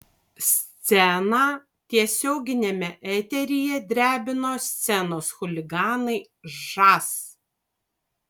sceną tiesioginiame eteryje drebino scenos chuliganai žas